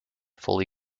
fully